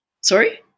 Sorry